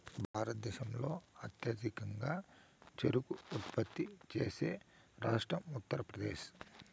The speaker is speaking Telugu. భారతదేశంలో అత్యధికంగా చెరకు ఉత్పత్తి చేసే రాష్ట్రం ఉత్తరప్రదేశ్